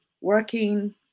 working